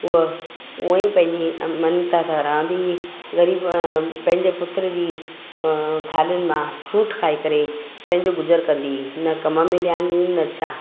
हूअ हूंअं ई पंहिंजे मन इच्छा सां रहंदी हुई ग़रीबु अं पंहिंजे पुत्र जी थालियुनि मां जूठ खाई करे पंहिंजो गुज़रु कंदी हुई न कम में ध्यानु ॾींदी हुई न छा